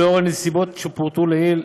לנוכח הנסיבות שפורטו לעיל,